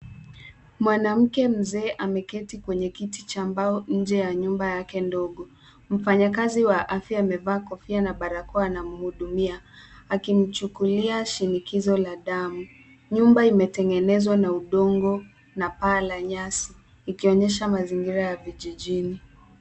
Mwanamke mzee ameketi kwenye kiti cha mbao nje ya nyumba yake ndogo. Mfanyakazi wa afya amevaa kofia na barakoa anamhudumia akimchukulia shinikizo la damu. Nyumba imetengenezwa na udongo na paa la nyasi ikionyesha mazingira ya vijijini.